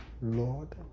Lord